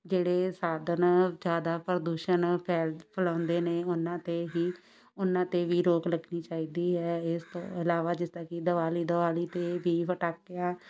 ਜਿਹੜੇ ਸਾਧਨ ਜ਼ਿਆਦਾ ਪ੍ਰਦੂਸ਼ਣ ਫੈਲ ਫੈਲਾਉਂਦੇ ਨੇ ਉਹਨਾਂ 'ਤੇ ਹੀ ਉਹਨਾਂ 'ਤੇ ਵੀ ਰੋਕ ਲੱਗਣੀ ਚਾਹੀਦੀ ਹੈ ਇਸ ਤੋਂ ਇਲਾਵਾ ਜਿਸ ਤਰ੍ਹਾਂ ਕਿ ਦੀਵਾਲੀ ਦੀਵਾਲੀ 'ਤੇ ਵੀ ਪਟਾਕਿਆ